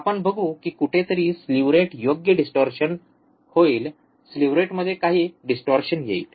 आपण बघू की कुठेतरी स्लीव्ह रेट योग्य डिस्टोर्शन होईल स्लीव्ह रेट मध्ये काही डिस्टोर्शन येईल